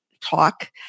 talk